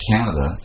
Canada